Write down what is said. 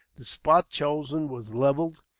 the spot chosen was levelled,